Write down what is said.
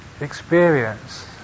experience